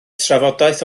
trafodaeth